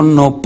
no